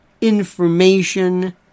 information